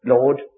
Lord